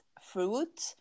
fruit